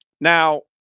Now